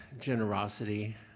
generosity